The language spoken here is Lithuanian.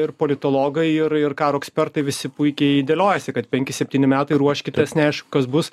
ir politologai ir ir karo ekspertai visi puikiai dėliojasi kad penki septyni metai ruoškitės neaišku kas bus